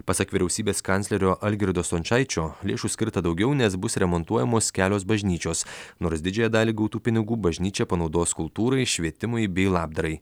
pasak vyriausybės kanclerio algirdo stončaičio lėšų skirta daugiau nes bus remontuojamos kelios bažnyčios nors didžiąją dalį gautų pinigų bažnyčia panaudos kultūrai švietimui bei labdarai